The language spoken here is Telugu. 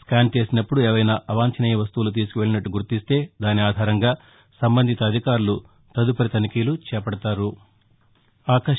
స్కాన్ చేసినప్పుదు ఏవైనా అవాంఛనీయ వస్తువులు తీసుకు వెల్లినట్టు గుర్తిస్తే దాని ఆధారంగా సంబంధిత అధికారులు తదుపరి తనిఖీలు చేపడతారు